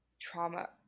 trauma